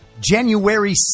January